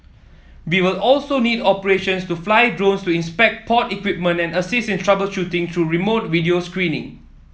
we will also need operations to fly drones to inspect port equipment and assist in troubleshooting through remote video screening